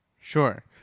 Sure